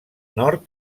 nord